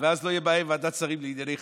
ואז לא תהיה בעיה עם ועדת שרים לענייני חקיקה.